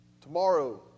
Tomorrow